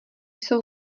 jsou